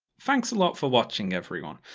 thanks a lot for watching, everyone.